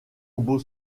beau